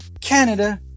canada